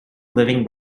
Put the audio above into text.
living